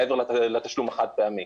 מעבר לתשלום החד פעמי.